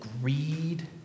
Greed